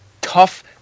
tough